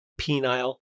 penile